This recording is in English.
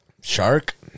Shark